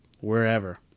wherever